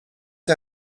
why